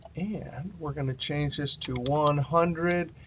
and we're going to change this to one hundred,